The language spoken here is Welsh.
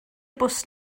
bws